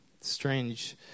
strange